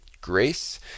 grace